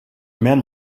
men